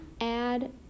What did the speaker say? add